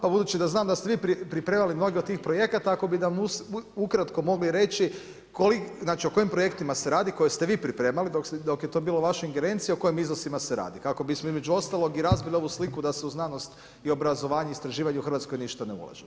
Pa budući da znam da ste vi pripremali mnoge od tih projekata ako bi nam ukratko mogli reći znači o kojim projektima se radi koje ste vi pripremali dok je to bilo u vašoj ingerenciji, o kojim iznosima se radi, kako bismo između ostalog i razbili ovu sliku da se u znanost i obrazovanje i istraživanje u Hrvatskoj ništa ne ulaže.